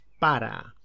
para